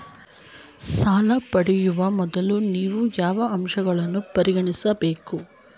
ಸಾಲ ಪಡೆಯುವ ಮೊದಲು ನೀವು ಯಾವ ಅಂಶಗಳನ್ನು ಪರಿಗಣಿಸಬೇಕು?